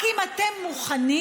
רק אם אתם מוכנים,